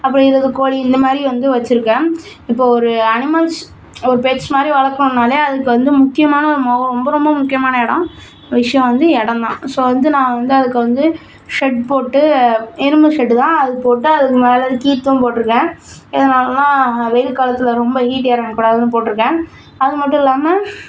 அப்றம் இருபது கோழி இந்தமாதிரி வந்து வெச்சிருக்கேன் இப்போ ஒரு அனிமல்ஸ் ஒரு பெட்ஸ் மாதிரி வளர்க்கணுன்னாலே அதுக்கு வந்து முக்கியமான மொக ரொம்ப ரொம்ப முக்கியமான இடம் விஷயம் வந்து இடம் தான் ஸோ வந்து நான் வந்து அதுக்கு வந்து ஷெட் போட்டு இரும்பு ஷெட்டு தான் அது போட்டு அதுக்கு மேலே கீற்றும் போட்டிருக்கேன் எதனாலேன்னா வெயில் காலத்தில் ரொம்ப ஹீட் இறங்கக் கூடாதுன்னு போட்டிருக்கேன் அது மட்டும் இல்லாமல்